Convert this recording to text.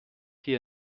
hier